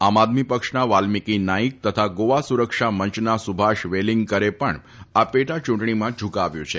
આમ આદમી પક્ષના વાલ્મીકી નાઇક તથા ગોવા સુરક્ષા મંચના સુભાષ વેલીંગકરે પણ આ પેટાચૂંટણીમાં ઝૂકાવ્યું છે